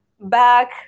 back